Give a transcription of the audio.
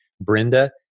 Brenda